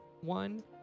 one